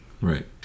right